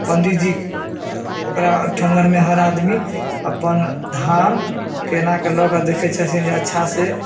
पंडीजी ओकरा ओठङ्गरमे हर आदमी अपन धान केनाके लए कऽ देखै छथिन जे अच्छा से